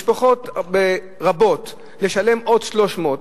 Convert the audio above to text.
בשביל משפחות רבות לשלם עוד 300,